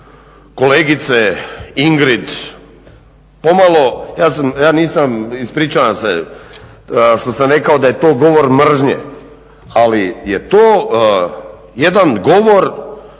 kolegice Ingrid pomalo, ja nisam ispričavam se što sam rekao da je to govor mržnje, ali je to jedan govor